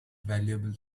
valuable